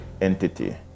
entity